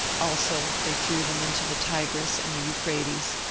also they threw them into the tigris and the euphrates,